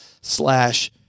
slash